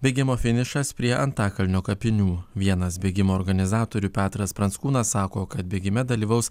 bėgimo finišas prie antakalnio kapinių vienas bėgimo organizatorių petras pranckūnas sako kad bėgime dalyvaus